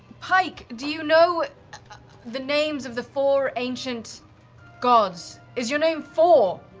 pike, do you know the names of the four ancient gods? is your name four?